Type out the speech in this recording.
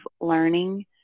learning